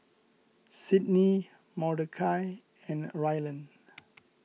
Sydney Mordechai and Rylan